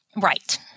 Right